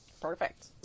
Perfect